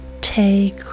take